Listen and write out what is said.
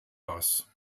bass